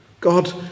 God